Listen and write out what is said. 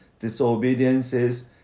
disobediences